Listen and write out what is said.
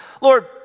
Lord